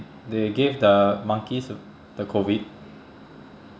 they gave the monkeys the COVID